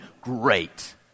great